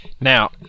Now